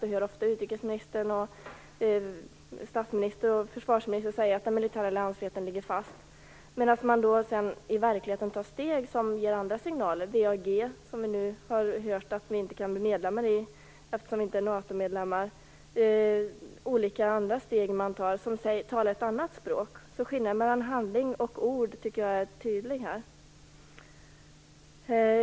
Vi hör ofta utrikesministern, statsministern och försvarsministern säga att den militära alliansfriheten ligger fast. Men i verkligheten tar man steg som ger andra signaler. Vi har hört att vi inte kan bli medlemmar i WEAG eftersom vi inte är med i NATO. Det tas även andra steg som talar ett annat språk. Så skillnaden mellan handling och ord är tydlig, tycker jag.